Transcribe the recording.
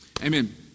Amen